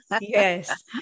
yes